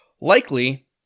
Likely